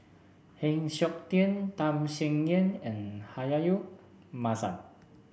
Heng Siok Tian Tham Sien Yen and Rahayu Mahzam